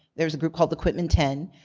there's a group called the quitman ten.